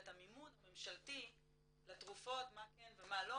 המימון הממשלתי לתרופות מה כן ומה לא,